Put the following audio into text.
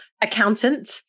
accountant